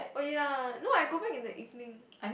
oh ya no I go back in the evening